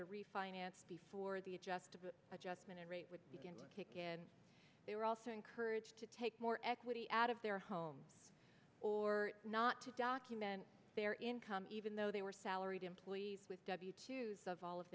to refinance before the adjustable adjustment rate would kick in and they were also encouraged to take more equity out of their home or not to document their income even though they were salaried employees with w two of all of